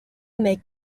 make